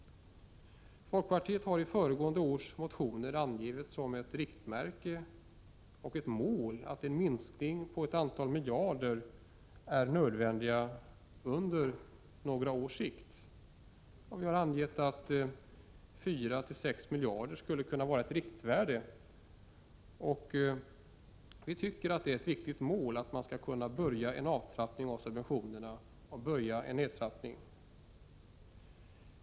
Folkpartiet har i föregående års motioner angivit som ett riktmärke och ett mål att en minskning med ett antal miljarder är nödvändig under en tidrymd av några år. Vi har sagt att 4—6 miljarder skulle kunna vara ett riktvärde. Enligt vår mening är det ett viktigt mål att man kan börja en avtrappning av subventionerna och få till stånd en nedtrappning.